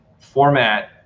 format